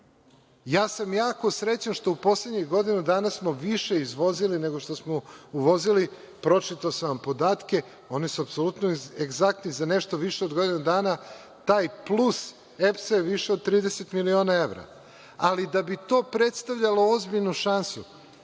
Ja sam jako srećan što smo u poslednjih godinu dana više izvozili nego što smo uvozili. Pročitao sam vam podatke, oni su apsolutno egzaktni. Za nešto više od godinu dana taj plus EPS-a je više od 30 miliona evra. Ali, da bi to predstavljano ozbiljnu šansu,